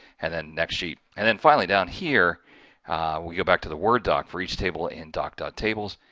and then next sheet, and then finally down. here we go back to the word doc for each table in docked tables,